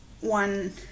one